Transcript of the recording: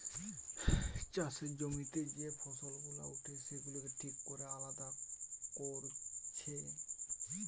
চাষের জমিতে যে ফসল গুলা উঠে সেগুলাকে ঠিক কোরে আলাদা কোরছে